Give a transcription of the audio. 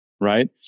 right